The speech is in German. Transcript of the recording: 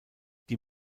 die